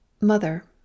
Mother